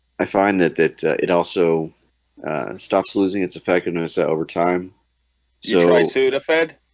i find that that it also stops losing its effectiveness over time so right sudafed